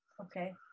Okay